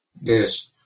Yes